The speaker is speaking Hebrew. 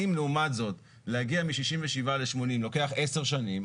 אם לעומת זאת להגיע מ-67 ל-80 לוקח 10 שנים,